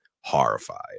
horrified